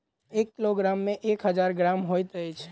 एक किलोग्राम मे एक हजार ग्राम होइत अछि